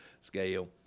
scale